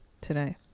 today